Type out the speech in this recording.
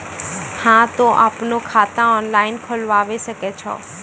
हाँ तोय आपनो खाता ऑनलाइन खोलावे सकै छौ?